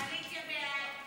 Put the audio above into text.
סעיף 7, כהצעת הוועדה, נתקבל.